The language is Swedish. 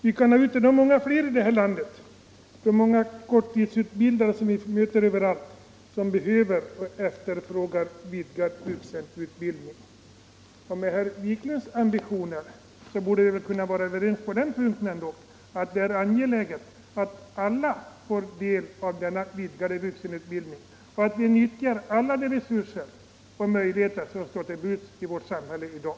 Vi kan då nå ut till många fler i det här landet, till de många korttidsutbildade som vi möter överallt och som behöver och efterfrågar vidgad vuxenutbildning. Med herr Wiklunds ambitioner borde vi väl också kunna vara överens på den punkten, att det är angeläget att alla får del av denna vidgade vuxenutbildning och att vi utnyttjar alla de resurser och möjligheter som står till buds i vårt samhälle i dag.